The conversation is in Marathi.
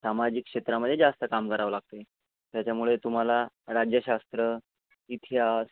सामाजिक क्षेत्रामध्ये जास्त काम करावं लागतंय त्याच्यामुळे तुम्हाला राज्यशास्त्र इतिहास